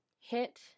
hit